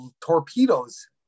torpedoes